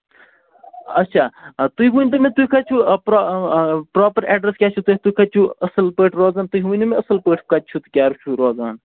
اچھا تُہۍ ؤنۍتو مےٚ تُہۍ کَتہِ چھِو پرٛا پرٛاپَر اٮ۪ڈرٮ۪س کیٛاہ چھُو تۄہہِ تُہۍ کَتہِ چھُو اَصٕل پٲٹھۍ روزان تُہۍ ؤنِو مےٚ اَصٕل پٲٹھۍ کَتہِ چھِو تہٕ کیٛاہ چھِو روزان